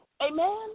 Amen